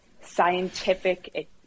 scientific